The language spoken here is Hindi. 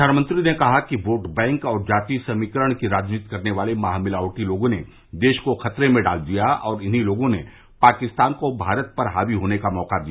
प्रधानमंत्री ने कहा वोट बैंक और जातीय समीकरण की राजनीति करने वाले महामिलावटी लोगों ने देश को खतरे में डाल दिया है और इन्हीं लोगों ने पाकिस्तान को भारत पर हावी होने का मौका दिया